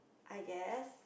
I guess